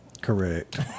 Correct